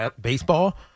baseball